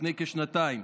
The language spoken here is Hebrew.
לפני כשנתיים.